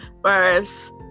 whereas